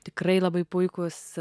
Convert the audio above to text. tikrai labai puikus